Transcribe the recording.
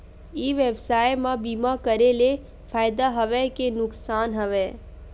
ई व्यवसाय म बीमा करे ले फ़ायदा हवय के नुकसान हवय?